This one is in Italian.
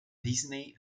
disney